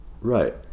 Right